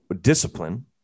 discipline